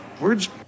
Words